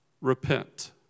repent